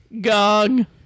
Gong